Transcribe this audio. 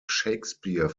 shakespeare